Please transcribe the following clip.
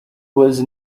was